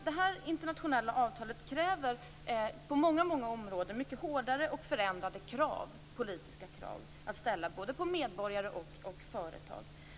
Det här internationella avtalet innebär på många områden att hårdare och förändrade politiska krav ställs både på medborgare och på företag.